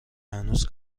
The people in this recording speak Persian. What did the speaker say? هنوز